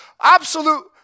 absolute